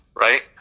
Right